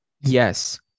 Yes